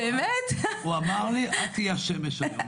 הוא אמר לי, את תהיי השמש היום.